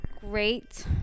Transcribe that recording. Great